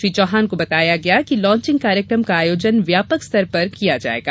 श्री चौहान को बताया गया कि लांचिंग कार्यक्रम का आयोजन व्यापक स्तर पर किया जायेगा